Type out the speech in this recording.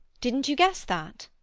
didn't you guess that?